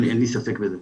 אין לי ספק בזה.